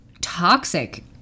toxic